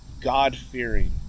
God-fearing